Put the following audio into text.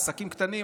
עסקים קטנים.